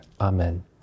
Amen